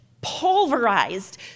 pulverized